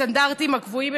ציבוריים),